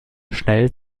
schnell